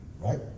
right